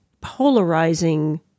polarizing